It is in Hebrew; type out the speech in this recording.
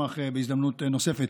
אני אשמח בהזדמנות נוספת.